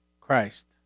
Christ